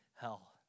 hell